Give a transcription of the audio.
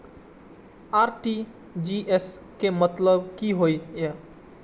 RTGS के मतलब की होय ये?